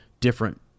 different